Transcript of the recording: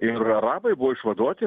ir arabai buvo išvaduoti